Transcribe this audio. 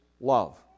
love